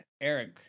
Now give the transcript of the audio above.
eric